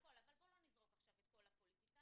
בוא לא נזרוק עכשיו את כל הפוליטיקה.